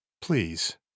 please